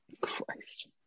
Christ